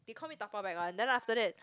they call me dabao back one then after that